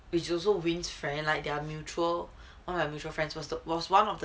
which is also win's friend like their mutual one of their mutual friends was one of the